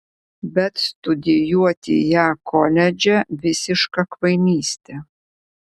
bet studijuoti ją koledže visiška kvailystė